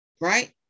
right